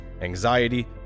anxiety